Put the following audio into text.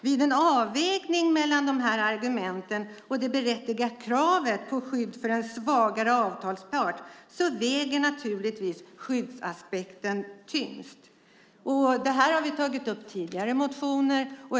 Vid en av avvägning mellan de här argumenten och det berättigade kravet på skydd för en svagare avtalspart väger naturligtvis skyddsaspekten tyngst. Det här har vi tagit upp i tidigare motioner.